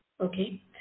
Okay